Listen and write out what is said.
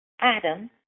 Adam